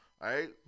right